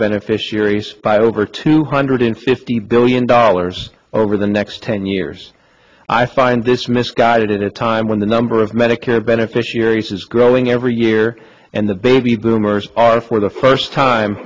beneficiaries by over two hundred fifty billion dollars over the next ten years i find this misguided at a time when the number of medicare beneficiaries is growing every year and the baby boomers are for the first time